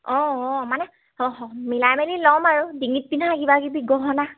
অঁ অঁ মানে মিলাই মেলি ল'ম আৰু ডিঙিত পিন্ধা কিবা কিবি গহনা